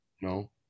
No